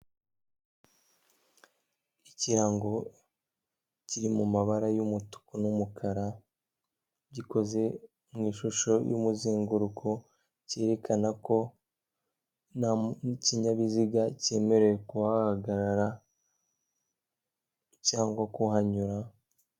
Ikirango kiri mu mabara y'umutuku n'umukara, gikoze mu ishusho y'umuzenguruko, cyerekana ko nta kinyabiziga cyemerewe kuhahagarara cyangwa kuhanyura.